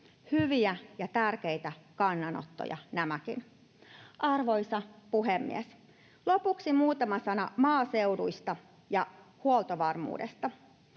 hyviä ja tärkeitä kannanottoja nämäkin. Arvoisa puhemies! Lopuksi muutama sana maaseudusta ja huoltovarmuudesta: